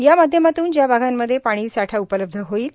या माध्यमातून ज्या भागामध्ये पाणीसाठा उपलब्ध होईल